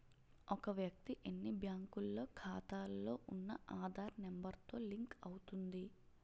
ఒక వ్యక్తి ఎన్ని బ్యాంకుల్లో ఖాతాలో ఉన్న ఆధార్ నెంబర్ తో లింక్ అవుతుంది